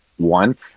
One